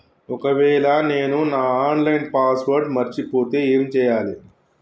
ఒకవేళ నేను నా ఆన్ లైన్ పాస్వర్డ్ మర్చిపోతే ఏం చేయాలే?